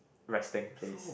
resting place